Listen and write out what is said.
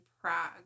Prague